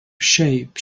shape